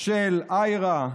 של IHRA,